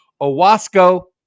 Owasco